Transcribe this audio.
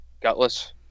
gutless